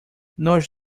nós